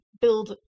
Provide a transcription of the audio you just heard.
build